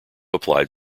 applied